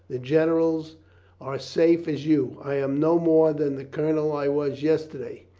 the generals are safe as you. i am no more than the colonel i was yesterday.